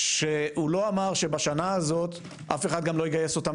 שהוא לא אמר שבשנה הזאת אף אחד גם לא יגייס אותן